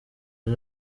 ejo